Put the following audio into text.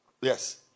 Yes